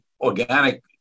organic